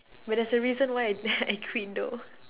but there's a reason why I quit though